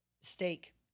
steak